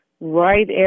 right